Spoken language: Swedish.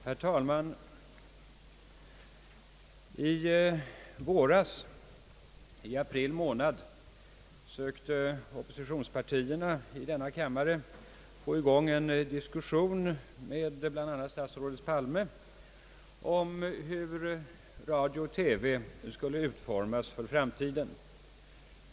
Herr talman! I våras sökte oppositionspartierna, det var i april månad, att i denna kammare få i gång en diskussion med bl.a. statsrådet Palme om hur radio och TV skulle utformas för framtiden.